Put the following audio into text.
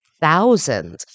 thousands